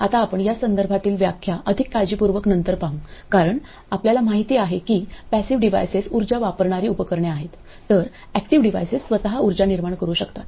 आता आपण यासंदर्भातील व्याख्या अधिक काळजीपूर्वक नंतर पाहू कारण आपल्याला माहिती आहे की पॅसिव डिव्हाइसेस उर्जा वापरणारी उपकरणे आहेत तर ऍक्टिव्ह डिव्हाइसेस स्वतः उर्जा निर्माण करू शकतात